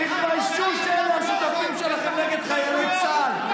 תתביישו שאלה השותפים שלכם, נגד חיילי צה"ל.